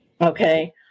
Okay